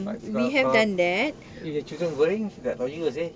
but if the children going tak tahu juga seh